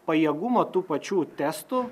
pajėgumo tų pačių testų